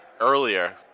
earlier